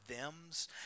them's